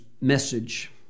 message